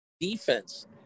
defense